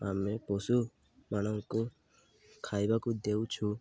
ଆମେ ପଶୁମାନଙ୍କୁ ଖାଇବାକୁ ଦେଉଛୁ